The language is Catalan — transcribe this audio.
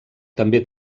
també